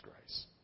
grace